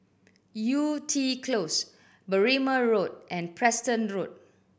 Yew Tee Close Berrima Road and Preston Road